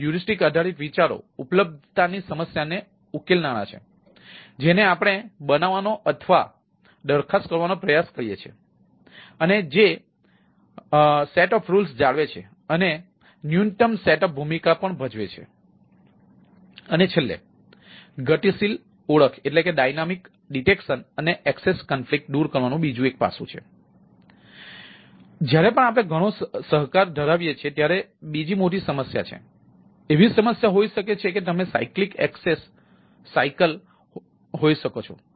અને છેલ્લે ગતિશીલ ઓળખ હોઈ શકો છો